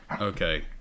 Okay